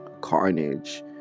carnage